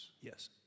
Yes